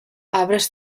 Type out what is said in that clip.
arbres